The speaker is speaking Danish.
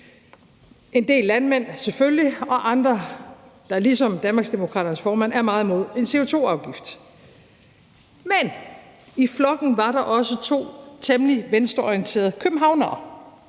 en del landmænd og andre, der ligesom Danmarksdemokraternes formand er meget imod en CO2-afgift, men i flokken var der også to temmelig venstreorienterede københavnere.